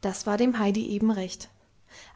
das war dem heidi eben recht